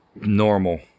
normal